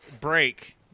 break